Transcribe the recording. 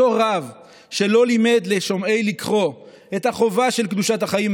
אותו רב שלא לימד לשומעי לקרוא את החובה של קדושת החיים,